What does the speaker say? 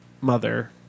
mother